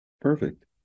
Perfect